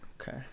Okay